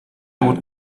would